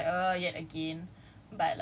it's a it's a very controversial topic ah